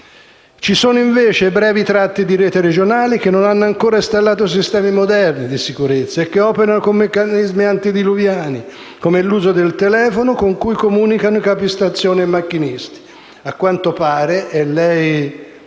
Ci sono, invece, brevi tratti di rete regionale che non hanno ancora installato sistemi moderni di sicurezza e che operano con meccanismi antidiluviani, come l'uso del telefono, con cui comunicano capistazione e macchinisti. A quanto pare - e